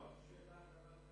השאלה היא למה אתה נגד.